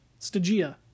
Stagia